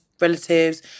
relatives